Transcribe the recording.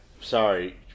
sorry